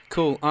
Cool